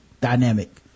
dynamic